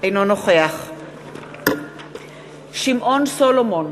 אינו נוכח שמעון סולומון,